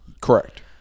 Correct